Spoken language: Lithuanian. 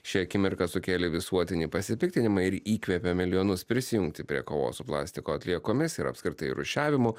ši akimirka sukėlė visuotinį pasipiktinimą ir įkvėpė milijonus prisijungti prie kovos su plastiko atliekomis ir apskritai rūšiavimu